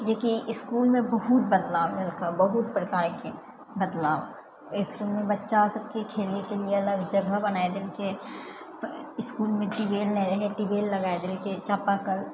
जेकि इसकुलमे बहुत बदलाव बहुत प्रकारकेँ बदलाव इसकुल बच्चा सबके खेलएके लिए अलग जगह बनाए देलकै इसकुलमे ट्यूबवेल नहि रहए ट्यूबवेल लगाए देलके चापाकल